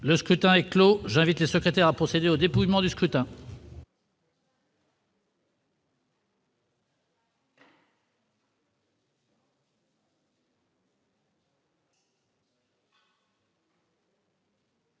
Le scrutin est clos, j'ai été secrétaire à procéder au dépouillement du scrutin.